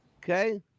Okay